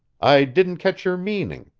i didn't catch your meaning.